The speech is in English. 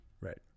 Right